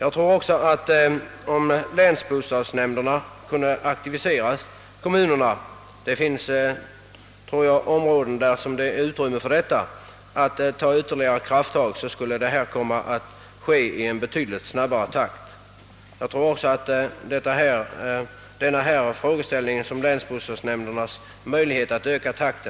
På vissa områden torde det också finnas utrymme för en medverkan från länsbostadsnämnderna när det gäller att aktivisera kommunerna — då skulle kräfttag kunna tas och förbättringen av åldringarnas bostadsförhållanden kunna ske i betydligt snabbare takt.